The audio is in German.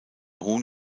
hohen